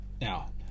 Now